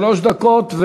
שלוש דקות.